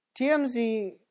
TMZ